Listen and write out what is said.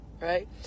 right